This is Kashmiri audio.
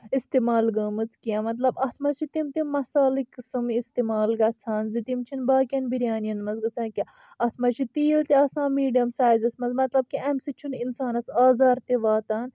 استعمال گٔمٕژ کینٛہہ مطلب اتھ منٛز چھِ تِم تِم مسالٕکۍ قسم استعمال گژھان زٕ تِم چھنہٕ باقی ین بریانین منٛز گژھان کینٛہہ اتھ منٛز چھُ تیٖل تہِ آسان میڈیم سایزس منٛز مطلب کہِ امہِ سۭتۍ چھنہٕ انسانس آزار تہِ واتان